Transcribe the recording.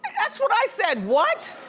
that's what i said, what?